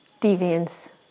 deviance